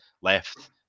left